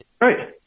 Right